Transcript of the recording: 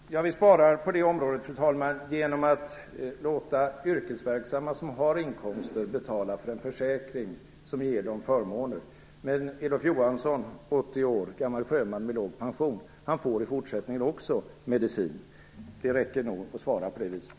Fru talman! Vi sparar in på det området genom att låta yrkesverksamma som har inkomster betala för en försäkring som ger dem förmåner. Elof Johansson, den gamle sjömannen, 80-åringen med låg pension, får också i fortsättningen medicin. Det räcker nog att svara på det viset.